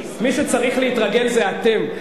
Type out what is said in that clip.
מי שצריך להתרגל זה אתם,